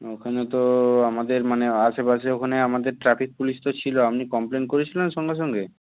ওখানে তো আমাদের মানে আশেপাশে ওখানে আমাদের ট্রাফিক পুলিশ তো ছিল আপনি কমপ্লেন করেছিলেন সঙ্গে সঙ্গে